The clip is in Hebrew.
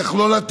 איך לא לתת,